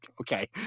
Okay